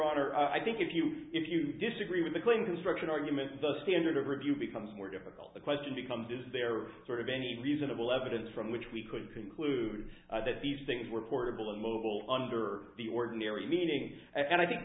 order i think if you if you disagree with the claim construction argument the standard of review becomes more difficult the question becomes is there of sort of any reasonable evidence from which we could conclude that these things were portable a little under the ordinary meaning and i think